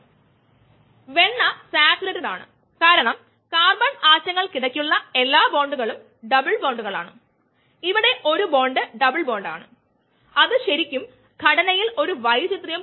അതുകൊണ്ട് enzyme substrate complex ആണ് ഇടത് വശത്അതിനെ ഫാക്ടർ കൊണ്ട് ഇവിടെ ഡിവൈഡ് ചെയ്തിരിക്കുന്നു k 2 k 3 k 1 times S ആണ്